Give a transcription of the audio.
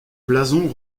blason